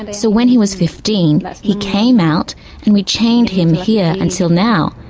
but so when he was fifteen but he came out and we chained him here until now.